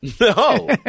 no